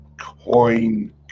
coin